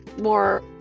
more